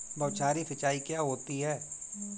बौछारी सिंचाई क्या होती है?